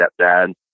stepdad